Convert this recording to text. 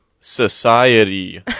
society